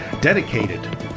dedicated